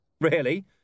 Really